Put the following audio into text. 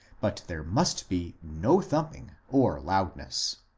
but there must be no thumping or loudness.